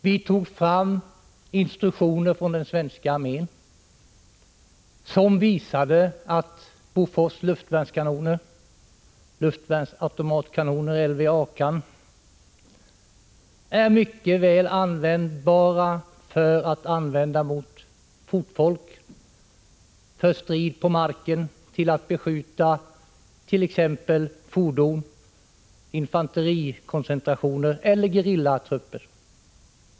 Vi tog fram instruktioner från den svenska = Krigsmaterielexportarmén som visade att Bofors luftvärnskanoner — luftvärnsautomatkanoner = frågor lvakan — mycket väl kan användas mot fotfolk, för strid på marken, till att beskjuta t.ex. fordon, infanterikoncentrationer eller gerillatrupper.